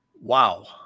wow